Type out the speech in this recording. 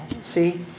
See